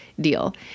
deal